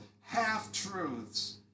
half-truths